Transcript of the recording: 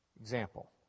Example